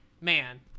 man